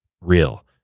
real